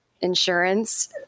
insurance